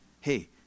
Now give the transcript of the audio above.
hey